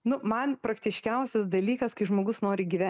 nu man praktiškiausias dalykas kai žmogus nori gyve